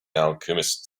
alchemist